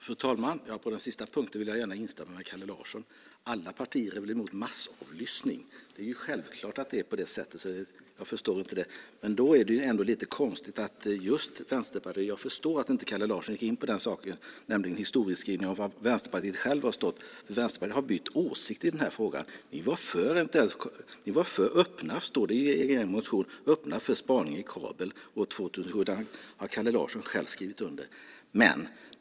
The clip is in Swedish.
Fru talman! På den sista punkten vill jag gärna instämma med Kalle Larsson: Alla partier är väl emot massavlyssning. Självklart är det på det sättet, men det är ändå lite konstigt att just Vänsterpartiet framhåller detta. Jag förstår att Kalle Larsson inte gick in på historieskrivningen gällande var Vänsterpartiet själva har stått, för Vänsterpartiet har bytt åsikt i den här frågan. I er motion från 2007 står det att ni eventuellt är öppna för spaning i kabel, och den motionen har Kalle Larsson själv skrivit under.